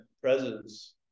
presence